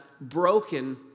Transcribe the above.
broken